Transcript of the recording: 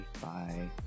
Bye